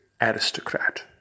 aristocrat